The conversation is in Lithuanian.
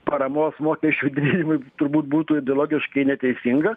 paramos mokesčių didinimui turbūt būtų ideologiškai neteisinga